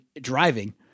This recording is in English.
driving